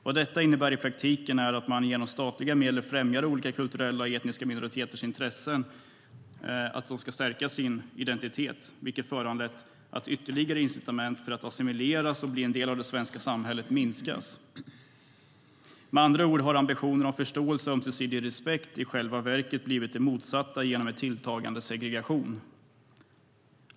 Vad detta innebär i praktiken är att man genom statliga medel främjar olika kulturella eller etniska minoriteters intressen att stärka sin egen identitet, vilket har föranlett att ytterligare incitament för att assimileras och bli en del av det svenska samhället minskas. Med andra ord har ambitionen om förståelse och ömsesidig respekt i själva verket blivit det motsatta genom en tilltagande segregation.